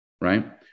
right